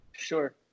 Sure